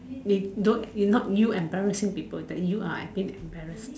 need don't is you not embarrassing people that you are as in embarrassed